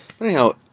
Anyhow